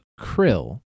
Krill